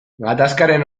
gatazkaren